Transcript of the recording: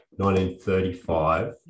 1935